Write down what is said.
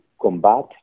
combat